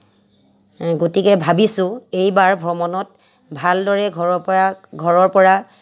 গতিকে ভাবিছোঁ এইবাৰ ভ্ৰমণত ভালদৰে ঘৰৰ পৰা ঘৰৰ পৰা